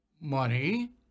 money